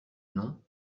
non